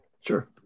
Sure